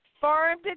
Farm